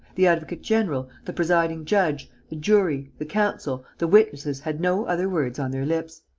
the advocate-general, the presiding judge, the jury, the counsel, the witnesses had no other words on their lips.